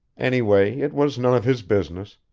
anyway it was none of his business,